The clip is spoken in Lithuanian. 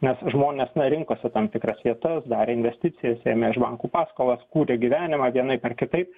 nes žmonės na rinkosi tam tikras vietas darė investicijas ėmė iš bankų paskolas kūrė gyvenimą vienaip ar kitaip